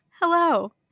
Hello